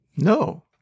No